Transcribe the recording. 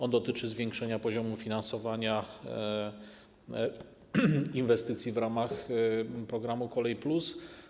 On dotyczy zwiększenia poziomu finansowania inwestycji w ramach programu ˝Kolej +˝